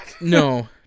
No